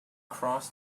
crossed